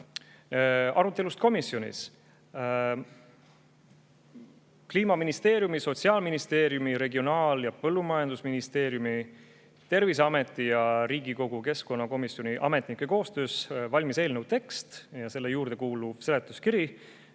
Arutelust komisjonis. Kliimaministeeriumi, Sotsiaalministeeriumi, Regionaal- ja Põllumajandusministeeriumi, Terviseameti ja Riigikogu keskkonnakomisjoni ametnike koostöös valmis eelnõu tekst ja selle juurde kuuluv seletuskiri.